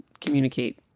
communicate